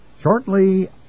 Shortly